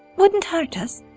wouldn't hurt us?